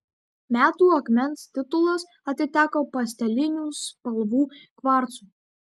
metų akmens titulas atiteko pastelinių spalvų kvarcui